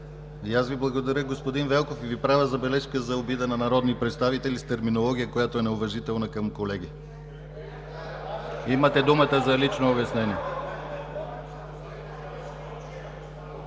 И аз Ви благодаря, господин Велков, и Ви правя забележка за обида на народни представители с терминология, която е неуважителна към колеги! Имате думата за лично обяснение.